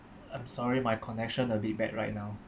I'm sorry my connection a bit bad right now